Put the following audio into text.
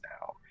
now